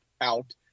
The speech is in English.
out